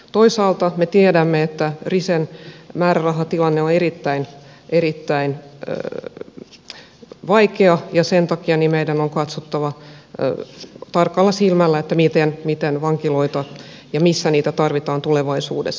toisaalta me tiedämme että risen määrärahatilanne on erittäin erittäin vaikea ja sen takia meidän on katsottava tarkalla silmällä miten ja missä vankiloita tarvitaan tulevaisuudessa